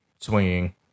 swinging